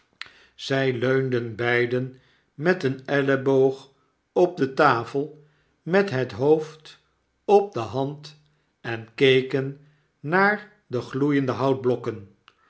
zy leunden beiden met een elleboog op de tafel met het hoofd op de hand en keken naar de gloeiendehoutblokken